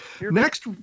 Next